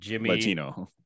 Latino